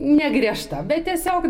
negriežta bet tiesiog